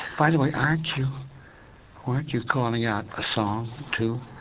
by the way, aren't you weren't you calling out a song, too,